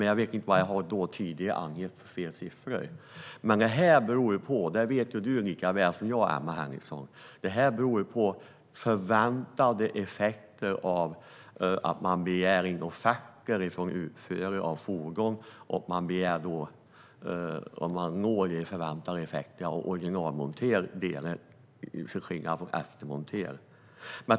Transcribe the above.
Jag vet inte vad det är för siffror jag har angett fel tidigare. Du vet lika bra som jag, Emma Henriksson, att detta beror på förväntade effekter av att man begär in offerter från utförare av fordon. Man begär då in vad som kan nås i förväntad effekt med originalmonterade delar till skillnad från eftermonterade.